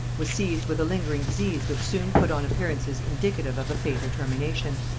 was seized with a lingering disease which soon put on appearances indicative of a fatal termination.